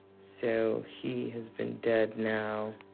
so he has been dead now.